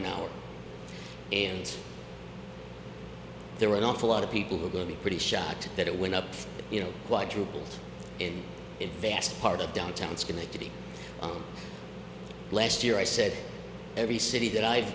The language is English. an hour and there are an awful lot of people who are going to be pretty shocked that it went up you know quadruple in a vast part of downtown schenectady last year i said every city that i